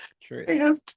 True